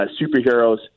superheroes